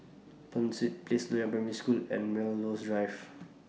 Penshurst Place Loyang Primary School and Melrose Drive